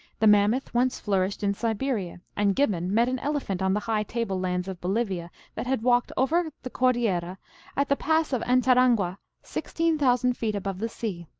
the mammoth once flourished in siberia and gibbon met an elephant on the high table-lands of bolivia that had walked over the cordillera at the pass of antarangua, sixteen thousand feet above the sea.